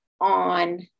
on